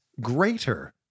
greater